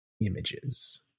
images